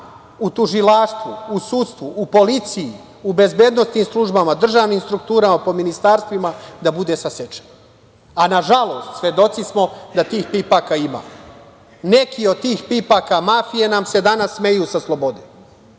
u tužilaštvu, u sudstvu, u policiji, u bezbednosnim službama, državnim strukturama, po ministarstvima da bude sasečen. Nažalost, svedoci smo da tih pipaka ima. Neki od tih pipaka mafije nam se danas smeju sa slobode.